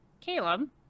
Caleb